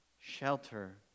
Shelter